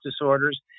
disorders